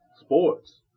sports